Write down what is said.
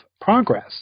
progress